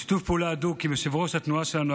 בשיתוף פעולה הדוק עם יושב-ראש התנועה שלנו,